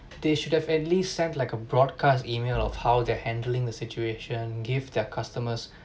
they should have at least sent like a broadcast email of how they're handling the situation give their customers